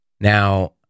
Now